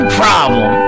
problem